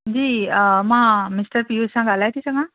जी मां मिस्टर पियुश सां ॻाल्हाए थी सघां